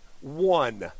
one